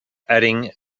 adding